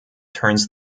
turns